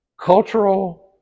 Cultural